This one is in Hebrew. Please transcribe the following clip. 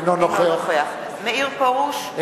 אינו נוכח מאיר פרוש,